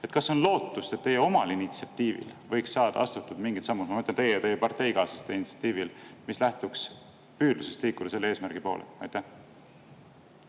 Kas on lootust, et teie omal initsiatiivil võiks saada astutud mingid sammud – ma mõtlen teie ja teie parteikaaslaste initsiatiivi –, mis lähtuks püüdlusest liikuda selle eesmärgi poole? Suur